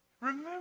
Remember